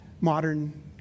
modern